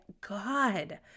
God